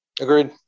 Agreed